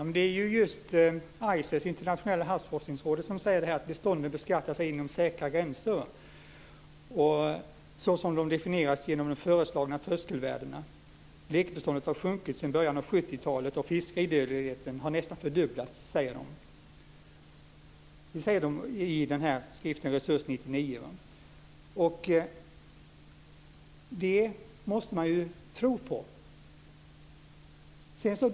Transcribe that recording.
Fru talman! Det är just ICES, Internationella Havsforskningsrådet, som säger att beståndet beskattas inom säkra gränser, såsom de definieras genom de föreslagna tröskelvärdena. Räkbeståndet har sjunkit sedan början av 70-talet och fiskdödligheten har nästan fördubblats, säger man i skriften Resurs 99. Det måste man ju tro på.